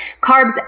Carbs